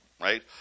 right